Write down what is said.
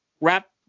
wrap